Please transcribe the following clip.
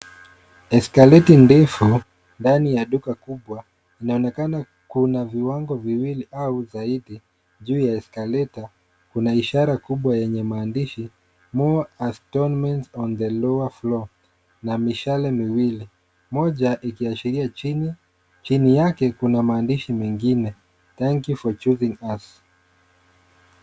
Escalator ndefu, ndani ya duka kubwa, inaonekana kuna viwango viwili au zaidi, juu ya escalator. Kuna ishara kubwa yenye maandishi, More astonments on the lower floor , na mishale miwili. Moja ikiashiria chini. Chini yake kuna maandishi mengine, Thank you for choosing us .